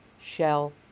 Shell